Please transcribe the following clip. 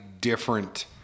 different